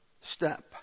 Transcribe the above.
step